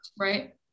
right